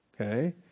Okay